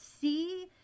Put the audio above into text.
see